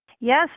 Yes